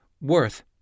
worth